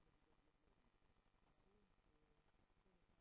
בשעה 16:00. ישיבה זו נעולה.